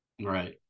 Right